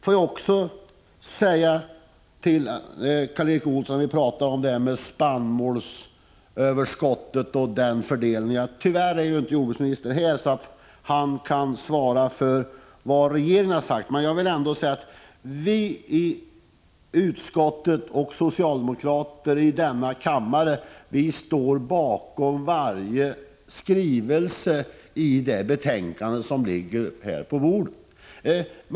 Får jag också säga något om spannmålsöverskottet till Karl Erik Olsson. Tyvärr är jordbruksministern inte här för att svara för regeringen, men jag vill ändå säga att vi socialdemokrater i utskottet och i denna kammare står bakom varje skrivning i det betänkande som ligger på bordet.